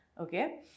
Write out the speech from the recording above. Okay